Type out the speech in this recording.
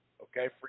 Okay